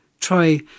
try